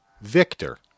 Victor